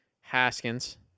Haskins